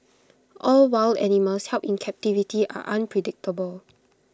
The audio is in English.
all wild animals held in captivity are unpredictable